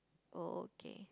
oh okay